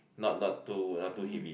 not not too not too heavy